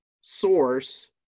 source